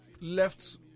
left